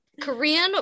Korean